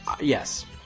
Yes